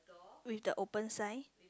with the open sign